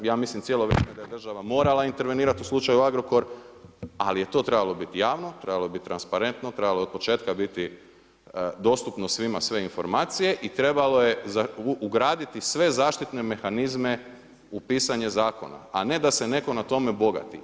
Ja mislim cijelo vrijeme da je država morala intervenirat u slučaju Agrokor, ali je to trebalo biti javno, trebalo je biti transparentno trebalo je od početka biti dostupno svima sve informacije i trebalo je ugraditi sve zaštitne mehanizme u pisanje zakona, a ne da se neko na tome bogati.